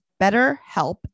BetterHelp